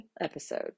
episode